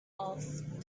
off